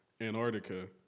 Antarctica